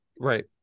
Right